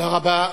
תודה רבה.